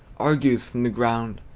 argues from the ground.